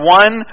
one